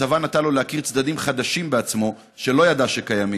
הצבא נתן לו להכיר צדדים חדשים בעצמו שלא ידע שקיימים.